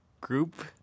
Group